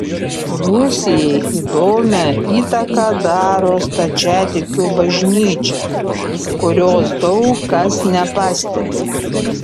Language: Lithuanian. rusijai įdomią įtaką daro stačiatikių bažnyčia kurios daug kas nepastebi